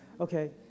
okay